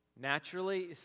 Naturally